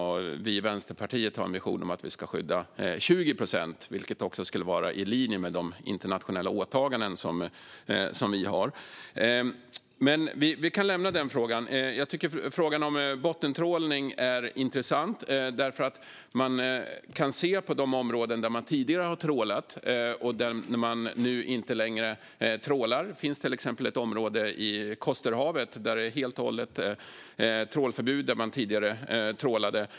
Vi i Vänsterpartiet har en vision om att vi ska skydda 20 procent, vilket skulle vara i linje med de internationella åtaganden som vi har. Men vi kan lämna den frågan. Jag tycker att frågan om bottentrålning är intressant, och man kan titta på de områden där man tidigare har trålat och inte längre trålar. Det finns till exempel ett område i Kosterhavet där det är helt och hållet trålförbud men där man tidigare trålade.